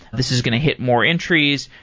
this is going to hit more entries.